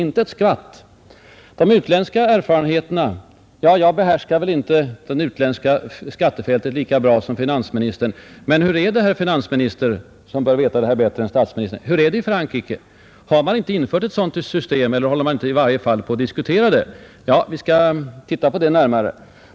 Jag behärskar inte det utländska skattefältet lika bra som finansministern, men hur är det i Frankrike? Jag ställer den frågan till herr finansministern, som bör veta det här bättre än statsministern. Har man inte därinfört ett system med indexreglering, eller håller man intei varje fall på att diskutera detta? Vi bör nog undersöka det närmare.